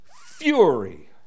fury